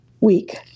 week